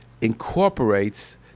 incorporates